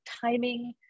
timing